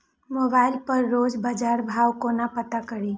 Mobile पर रोज बजार भाव कोना पता करि?